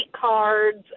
cards